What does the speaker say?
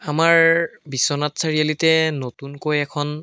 আমাৰ বিশ্বনাথ চাৰিআলিতে নতুনকৈ এখন